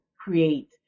create